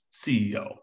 CEO